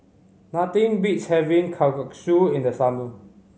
nothing beats having Kalguksu in the summer